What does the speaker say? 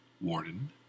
Warden